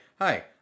Hi